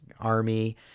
army